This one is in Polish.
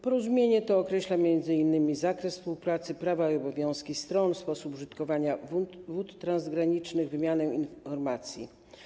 Porozumienie to określa m.in. zakres współpracy, prawa i obowiązki stron, sposób użytkowania wód transgranicznych, wymianę informacji.